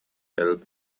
helped